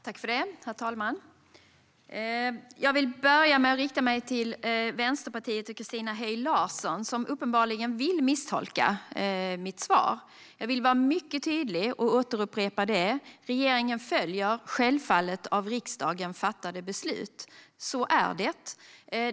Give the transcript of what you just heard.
Herr talman! Jag vill börja med att rikta mig till Vänsterpartiet och Christina Höj Larsen som uppenbarligen vill misstolka mitt svar. Jag vill vara mycket tydlig och upprepar att regeringen självfallet följer av riksdagen fattade beslut. Så är det.